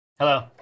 Hello